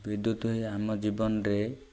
ବିଦ୍ୟୁତ ହିଁ ଆମ ଜୀବନରେ